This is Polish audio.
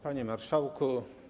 Panie Marszałku!